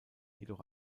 jedoch